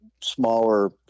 smaller